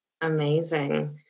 Amazing